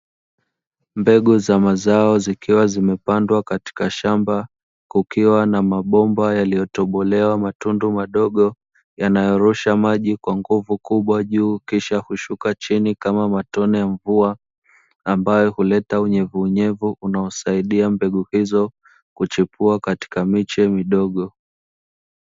Mbegu za mazao zikiwa zimepandwa katika shamba, kukiwa na mabomba yaliyotobolewa matundu madogo, yanayorusha maji kwa nguvu kubwa juu kisha kushuka chini kama matone ya mvua, ambayo huleta unyevunyevu unaosaidia mbegu hizo kuchipua katika miche midogo.